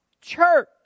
Church